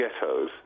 ghettos